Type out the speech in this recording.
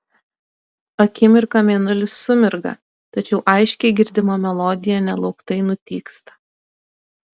akimirką mėnulis sumirga tačiau aiškiai girdima melodija nelauktai nutyksta